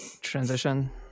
transition